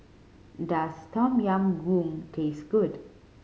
does Tom Yam Goong taste good